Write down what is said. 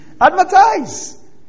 Advertise